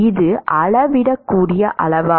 இது அளவிடக்கூடிய அளவா